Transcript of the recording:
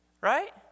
right